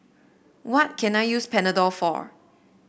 what can I use Panadol for